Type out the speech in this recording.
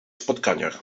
spotkaniach